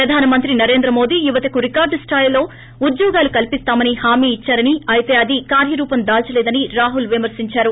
ప్రధానమంత్రి నరేంద్రమోదీ యువతకు రికార్డు స్థాయిలో ఉద్యోగాలు కల్సిస్తామని హామీ ఇచ్సారని అయితే అది కార్యరూపం దాల్సలేదని రాహుల్ విమర్పించారు